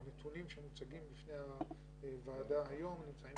הנתונים שמוצגים בפני הוועדה היום נמצאים